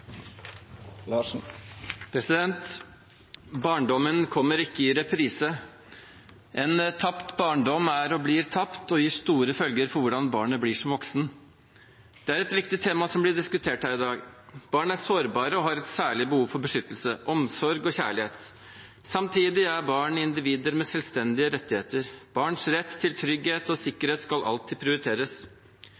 imellom. Barndommen kommer ikke i reprise. En tapt barndom er og blir tapt og har store følger for hvordan barnet blir som voksen. Det er et viktig tema som blir diskutert her i dag. Barn er sårbare og har et særlig behov for beskyttelse, omsorg og kjærlighet. Samtidig er barn individer med selvstendige rettigheter. Barns rett til trygghet og